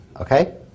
okay